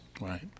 Right